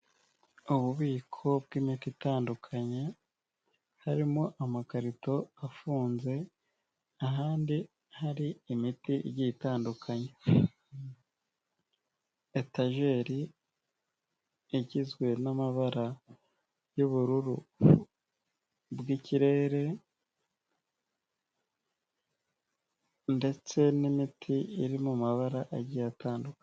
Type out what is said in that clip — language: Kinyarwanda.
Ububiko bw'imiti itandukanye, harimo amakarito afunze, ahandi hari imiti igiye itandukanye, etajeri igizwe n'amabara y'ubururu bw'ikirere ndetse n'imiti iri mu mabara agiye atandukanye.